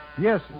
Yes